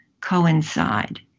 coincide